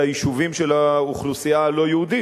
ביישובים של האוכלוסייה הלא-יהודית,